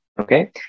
Okay